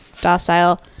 docile